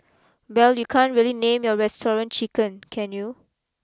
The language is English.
well you can't really name your restaurant Chicken can you